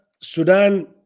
Sudan